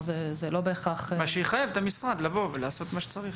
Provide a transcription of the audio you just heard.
אז שיחייב את המשרד לבוא ולעשות את מה צריך.